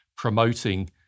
promoting